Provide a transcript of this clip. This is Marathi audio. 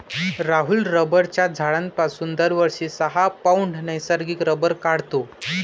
राहुल रबराच्या झाडापासून दरवर्षी सहा पौंड नैसर्गिक रबर काढतो